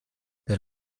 per